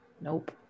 Nope